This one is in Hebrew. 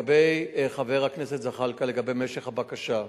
חבר הכנסת זחאלקה, לגבי משך הטיפול בבקשה,